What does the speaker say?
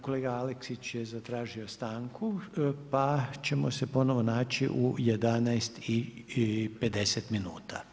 Kolega Aleksić je zatražio stanku, pa ćemo se ponovno naći u 11,50 minuta.